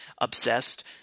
obsessed